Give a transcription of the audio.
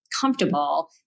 comfortable